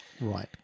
Right